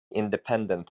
independent